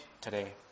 today